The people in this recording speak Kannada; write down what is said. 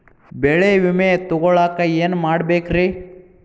ಬೆಳೆ ವಿಮೆ ತಗೊಳಾಕ ಏನ್ ಮಾಡಬೇಕ್ರೇ?